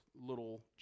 little